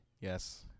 Yes